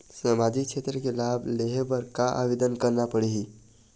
सामाजिक क्षेत्र के लाभ लेहे बर का आवेदन करना पड़ही?